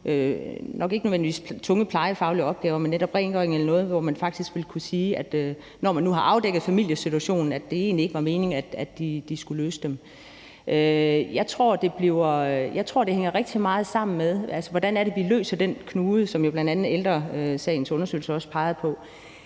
nok ikke nødvendigvis tunge plejefaglige opgaver, men netop rengøring eller noget, hvor man faktisk ville kunne sige – når man nu har afdækket familiesituationen – at det egentlig ikke var meningen, at de skulle løse dem. Jeg tror, det hænger rigtig meget sammen med, hvordan vi løser den knude, som jo bl.a. Ældre Sagens undersøgelse også pegede på,